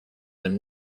and